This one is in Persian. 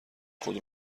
خود